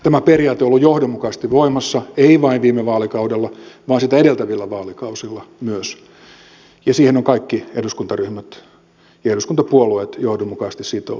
tämä periaate on ollut johdonmukaisesti voimassa ei vain viime vaalikaudella vaan sitä edeltävillä vaalikausilla myös ja siihen ovat kaikki eduskuntaryhmät ja eduskuntapuolueet johdonmukaisesti sitoutuneet